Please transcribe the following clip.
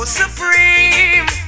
supreme